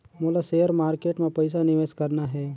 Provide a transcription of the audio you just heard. मोला share market मां पइसा निवेश करना हे?